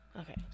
okay